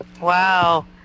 Wow